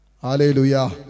Hallelujah